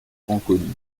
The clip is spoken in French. franconie